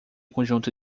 conjunto